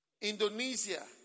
Indonesia